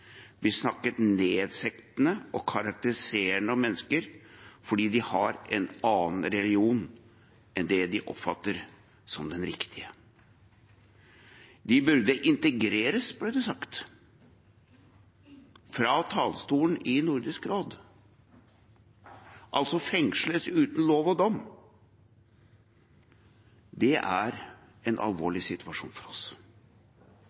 blir snakket nedsettende og karakteriserende om mennesker fordi de har en annen religion enn det noen oppfatter som den riktige. De burde interneres, ble det sagt fra talerstolen i Nordisk råd, altså fengsles uten lov og dom. Det er en alvorlig situasjon for oss.